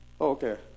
okay